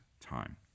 time